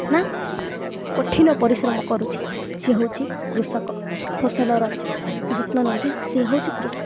ନା କଠିନ ପରିଶ୍ରମ କରୁଛି ସେ ହେଉଛି କୃଷକ ଫସଲର ଯତ୍ନ ନେଉଛି ସେ ହେଉଛି କୃଷକ